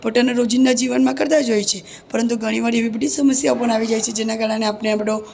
રોજિંદા જીવનમાં કરતાં જ હોય છે પરંતુ ઘણી વાર એવી બધી સમસ્યાઓ પણ આવી જાય છે જેના કારણે આપણે આપણો